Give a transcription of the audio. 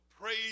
praise